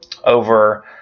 over